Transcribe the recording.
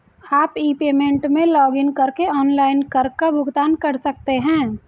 आप e payment में login करके ऑनलाइन कर का भुगतान कर सकते हैं